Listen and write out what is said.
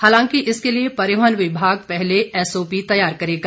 हालांकि इसके लिए परिवहन विभाग पहले एस ओपी तैयार करेगा